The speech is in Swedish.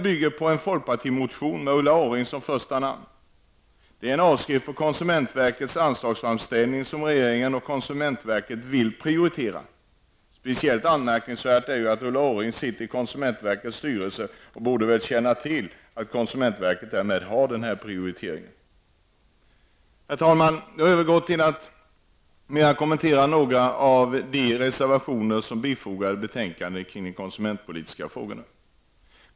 Ulla Orring som första namn. Det är en avskrift av konsumentverkets anslagsframställan, som regeringen och konsumentverket vill prioritera. Speciellt anmärkningsvärt är detta då Ulla Orring sitter i konsumentverkets styrelse. Hon borde känna till att konsumentverket har gjort denna prioritering. Herr talman! Jag övergår till att kommentera några av de reservationer som bifogats betänkandet kring de konsumentpolitiska frågorna.